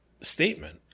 statement